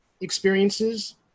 experiences